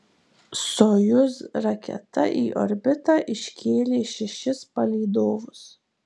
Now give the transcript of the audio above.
sojuz raketa į orbitą iškėlė šešis palydovus